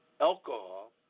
alcohol